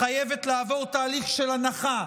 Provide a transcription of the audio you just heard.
החייבת לעבור תהליך של הנחה,